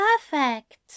perfect